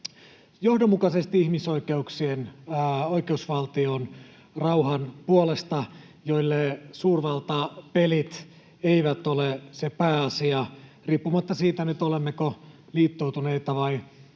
johdonmukaisesti ihmisoikeuksien, oikeusvaltion ja rauhan puolesta ja joille suurvaltapelit eivät ole se pääasia riippumatta siitä, olemmeko liittoutuneita vai emmekö